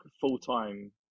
full-time